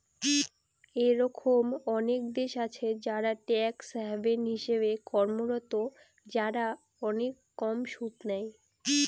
এরকম অনেক দেশ আছে যারা ট্যাক্স হ্যাভেন হিসেবে কর্মরত, যারা অনেক কম সুদ নেয়